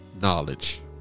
knowledge